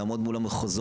לעמוד מול המחוזות,